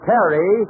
Terry